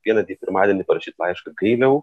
ateinantį pirmadienį parašyti laišką gailiau